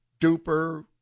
duper